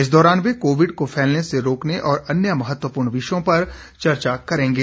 इस दौरान वे कोविड को फैलने से रोकने और अन्य महत्वपूर्ण विषयों पर चर्चा करेंगे